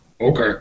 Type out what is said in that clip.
Okay